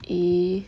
!ee!